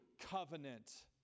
covenant